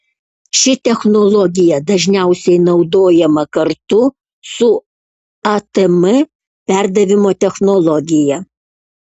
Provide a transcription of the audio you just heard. ši technologija dažniausiai naudojama kartu su atm perdavimo technologija